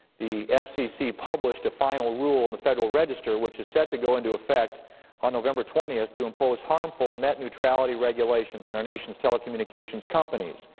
the f c c. published a final rule and the federal register which is set to go into effect on november twenty to impose harmful net neutrality regulations on our nation's telecommunications companies.